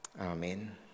Amen